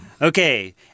Okay